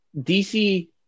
DC